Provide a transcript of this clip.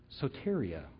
soteria